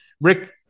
Rick